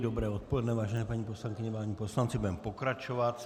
Dobré odpoledne, vážení paní poslankyně, páni poslanci, budeme pokračovat.